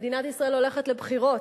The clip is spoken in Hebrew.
מדינת ישראל הולכת לבחירות.